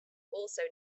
also